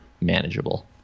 manageable